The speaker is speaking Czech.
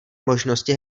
možnosti